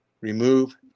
remove